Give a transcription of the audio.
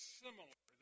similar